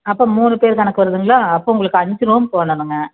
அப்போ மூணு பேர் கணக்கு வருதுங்களா அப்போ உங்களுக்கு அஞ்சு ரூம் போடணுங்க